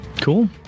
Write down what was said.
Cool